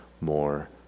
more